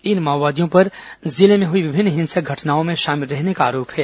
इन माओवादियों पर जिले में हुई विभिन्न हिंसक घटनाओं में शामिल रहने का आरोप है